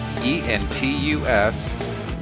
E-N-T-U-S